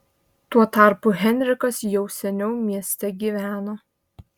tuo tarpu henrikas jau seniau mieste gyveno